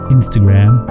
Instagram